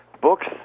Books